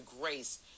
grace